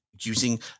using